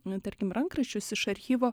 nu tarkim rankraščius iš archyvo